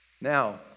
Now